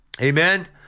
amen